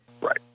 Right